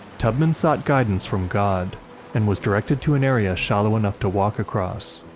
tubman sought guidance from god and was directed to an area shallow enough to walk across.